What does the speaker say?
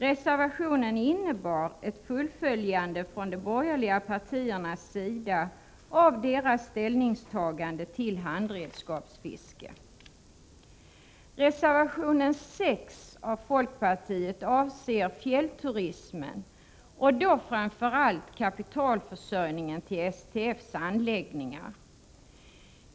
Reservationen innebar ett fullföljande från de borgerliga partiernas sida av deras ställningstagande till handredskapsfiske. Reservationen 6 av folkpartiet avser fjällturismen och då framför allt kapitalförsörjningen till STF:s anläggningar.